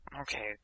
Okay